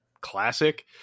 classic